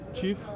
Chief